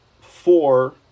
four